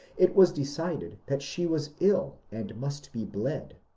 it was decided that she was ill and must be bled.